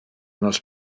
nos